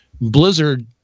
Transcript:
blizzard